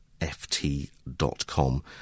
ft.com